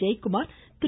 Jayakumar Thiru